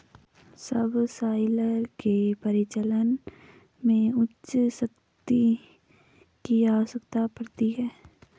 subsoiler के परिचालन में उच्च शक्ति की आवश्यकता पड़ती है